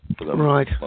Right